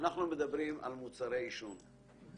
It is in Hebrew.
מדברים על מוצרי טבק.